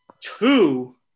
Two